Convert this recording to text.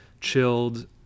chilled